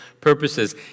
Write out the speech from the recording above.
purposes